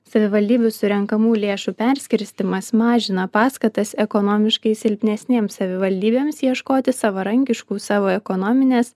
savivaldybių surenkamų lėšų perskirstymas mažina paskatas ekonomiškai silpnesnėms savivaldybėms ieškoti savarankiškų savo ekonominės